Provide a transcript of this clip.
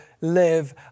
live